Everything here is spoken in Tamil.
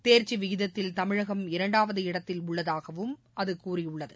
தேர்ச்சி விகிதத்தில் தமிழகம் இரண்டாவது இடத்தில் உள்ளதாகவும் அது கூறியுள்ளது